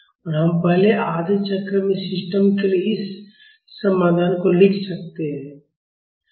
अब हम पहले आधे चक्र में सिस्टम के लिए इस समाधान को लिख सकते हैं